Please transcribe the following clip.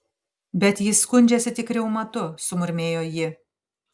bet jis skundžiasi tik reumatu sumurmėjo ji